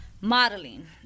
modeling